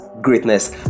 greatness